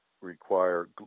require